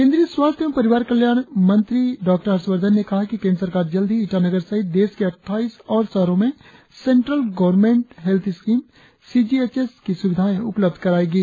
केंद्रीय स्वास्थ्य एवं परिवार कल्याण मंत्री डॉ हर्ष वर्धन ने कहा कि केंद्र सरकार जल्द ही ईटानगर सहित देश के अटटाईस और शहरों में central government health scheme C G H S की सुविधाएं उपलब्ध कराएंगी